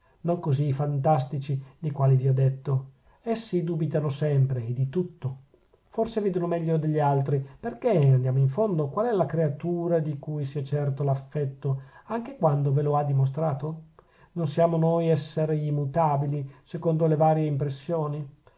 non così i fantastici dei quali vi ho detto essi dubitano sempre e di tutto forse vedono meglio degli altri perchè andiamo in fondo qual è la creatura di cui sia certo l'affetto anche quando ve lo ha dimostrato non siamo noi esseri mutabili secondo le varie impressioni